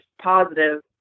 positive